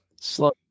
Slow